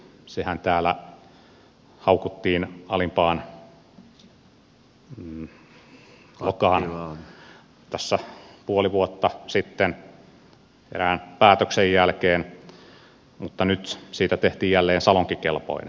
sehän täällä haukuttiin alimpaan lokaan tässä puoli vuotta sitten erään päätöksen jälkeen mutta nyt siitä tehtiin jälleen salonkikelpoinen